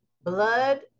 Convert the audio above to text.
blood